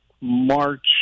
march